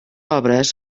obres